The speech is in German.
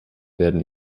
werden